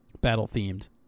battle-themed